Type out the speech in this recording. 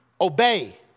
obey